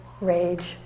rage